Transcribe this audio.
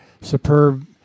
superb